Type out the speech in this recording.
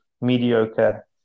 mediocre